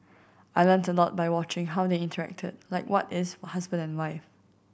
I learnt a lot by watching how they interacted like what is husband and wife